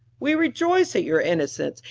we rejoice at your innocence,